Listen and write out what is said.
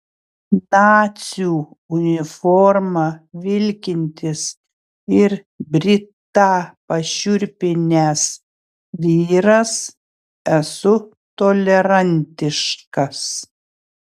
nacių uniforma vilkintis ir britą pašiurpinęs vyras esu tolerantiškas